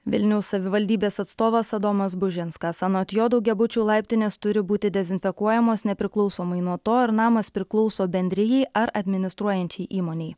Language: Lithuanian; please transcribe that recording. vilniaus savivaldybės atstovas adomas bužinskas anot jo daugiabučių laiptinės turi būti dezinfekuojamos nepriklausomai nuo to ar namas priklauso bendrijai ar administruojančiai įmonei